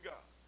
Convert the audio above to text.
God